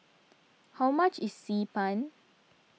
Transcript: how much is Xi Ban